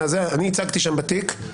אני ייצגתי שם בתיק את השר,